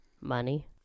Money